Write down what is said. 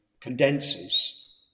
condenses